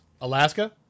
Alaska